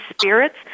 spirits